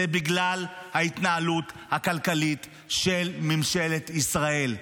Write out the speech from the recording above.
זה בגלל ההתנהלות הכלכלית של ממשלת ישראל.